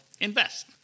invest